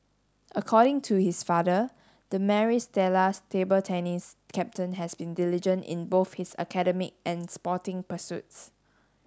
according to his father the Maris Stella table tennis captain has been diligent in both his academic and sporting pursuits